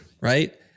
right